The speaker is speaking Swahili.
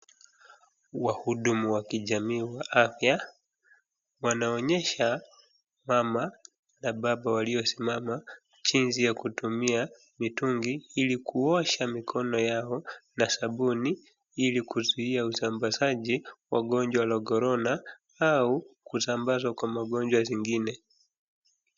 Wahudumu wa kijamii wa afya, wanaonyesha mama na baba waliosimama, jinsi ya kutumia, mtungi ili kuosha mikono, yao na sabuni, ili kuzuia usambazaji, wa ugonjwa wa corona, au kusambazwa kwa magonjwa mengine.